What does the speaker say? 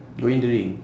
go in the ring